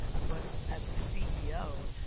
but as a ceo,